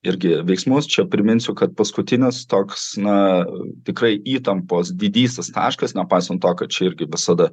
irgi veiksmus čia priminsiu kad paskutinis toks na tikrai įtampos didysis taškas nepaisant to kad čia irgi visada